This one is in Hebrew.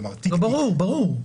ברור, ברור.